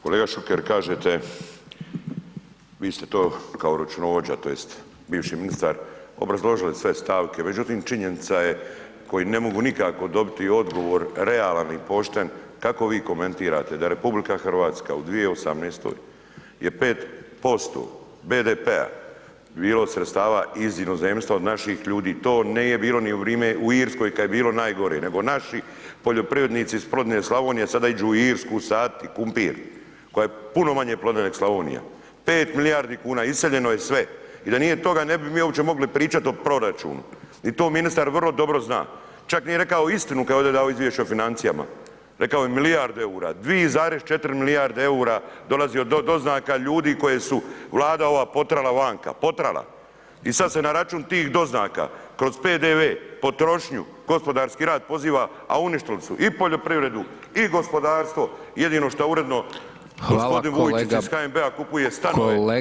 Kolega Šuker kažete vi ste to kao računovođa tj. bivši ministar obrazložili sve stavke, međutim činjenica je koji ne mogu nikako dobiti odgovor realan i pošten, kako vi komentirate da je RH u 2018. je 5% BDP-a bilo sredstava iz inozemstva od naših ljudi, to nije bilo ni u vrime, u Irskoj kad je bilo najgore, nego naši poljoprivrednici iz plodne Slavonije sada iđu u Irsku saditi kumpir koja je puno manje plodna neg Slavonija, 5 milijardi kuna, iseljeno je sve i da nije toga ne bi mi uopće mogli pričat o proračunu i to ministar vrlo dobro zna, čak nije rekao istinu kad je ovdje davao izvješća o financijama, rekao je milijarde EUR-a, 2,4 milijarde EUR-a dolazi od doznaka ljudi koje su Vlada ova potrala vanka, potrala i sad se na račun tih doznaka kroz PDV, potrošnju, gospodarski rast, poziva, a uništili su i poljoprivredu i gospodarstvo, jedino šta uredno [[Upadica: Hvala kolega]] g. Vujčić iz HNB-a kupuje stan [[Upadica: Kolega Bulj zahvaljujem…]] po dobroj cijeni.